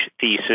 thesis